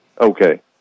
Okay